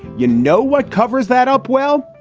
you know what covers that up? well,